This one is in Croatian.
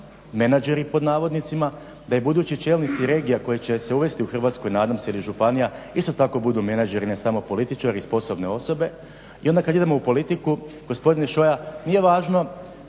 menadžeri pod navodnicima da i budući čelnici regija koji će uvesti u Hrvatsku, nadam se ili županija isto tako budu menadžeri, ne samo političari i sposobne osobe i onda kada idemo u politiku, gospodine Šoja, nije važno